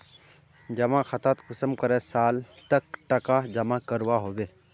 जमा खातात कुंसम करे साल तक टका जमा करवा होबे?